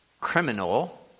criminal